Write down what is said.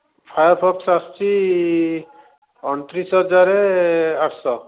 Firefox ଆସୁଛି ଅଣତିରିଶି ହଜାରେ ଆଠଶହ